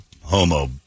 homo